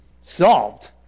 Solved